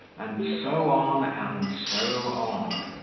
and so on and so on.